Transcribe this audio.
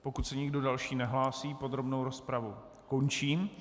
Pokud se nikdo další nehlásí, podrobnou rozpravu končím.